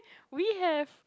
we have